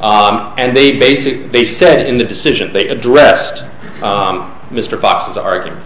and they basically they said in the decision they addressed mr fox's ar